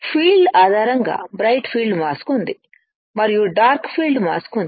field ఆధారంగా bright field mask ఉంది మరియు డార్క్ ఫీల్డ్ మాస్క్ ఉంది